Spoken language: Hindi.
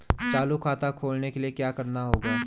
चालू खाता खोलने के लिए क्या करना होगा?